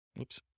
Oops